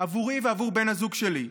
עבורי ועבור בן הזוג שלי?